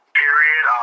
period